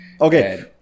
Okay